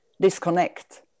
disconnect